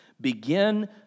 begin